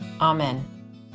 Amen